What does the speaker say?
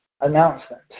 announcement